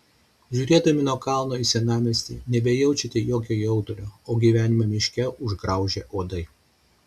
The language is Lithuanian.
žiūrėdami nuo kalno į senamiestį nebejaučiate jokio jaudulio o gyvenimą miške užgraužė uodai